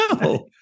no